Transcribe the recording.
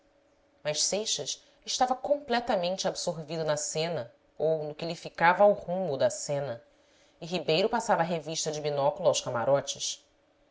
mas seixas estava com pletamente absorvido na cena ou no que lhe ficava ao rumo da cena e ribeiro passava revista de binóculo aos cama rotes